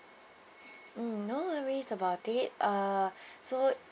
mm no worries about it uh so